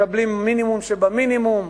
מקבלים מינימום שבמינימום,